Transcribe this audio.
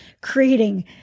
creating